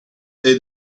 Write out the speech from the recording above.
day